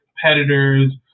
competitors